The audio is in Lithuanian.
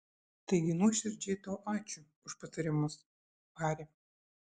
taigi nuoširdžiai tau ačiū už patarimus hari